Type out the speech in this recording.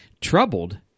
Troubled